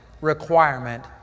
requirement